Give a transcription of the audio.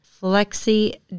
flexi